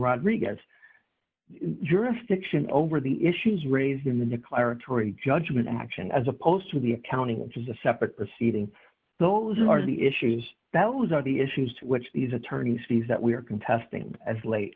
rodriguez jurisdiction over the issues raised in the declaratory judgment action as opposed to the accounting which is a separate seating those are the issues that was are the issues to which these attorneys fees that we are contesting as late